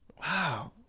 Wow